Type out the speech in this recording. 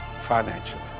financially